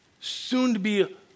soon-to-be